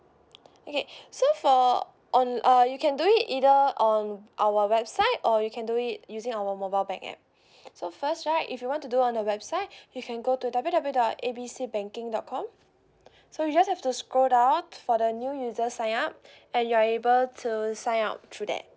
okay so for on uh you can do it either on our website or you can do it using our mobile bank app so first right if you want to do on the website you can go to W W W dot A B C banking dot com so you just have to scroll down for the new users sign up and you are able to sign up through that